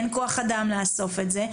אין כוח אדם לאסוף את זה.